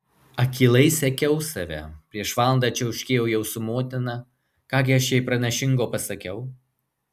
akylai sekiau save prieš valandą čiauškėjau su motina ką gi aš jai pranašingo pasakiau